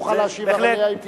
תוכל להשיב אחריה, אם תרצה.